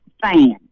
fan